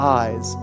eyes